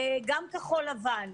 גם כחול לבן,